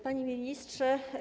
Panie Ministrze!